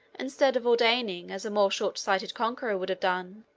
instead of ordaining, as a more short-sighted conqueror would have done,